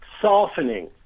softening